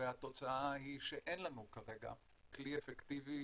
והתוצאה היא שאין לנו כרגע כלי אפקטיבי